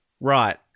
Right